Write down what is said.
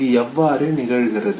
இது எவ்வாறு நிகழ்கிறது